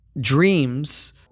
Dreams